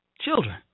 Children